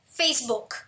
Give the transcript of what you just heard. Facebook